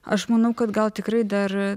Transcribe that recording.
aš manau kad gal tikrai dar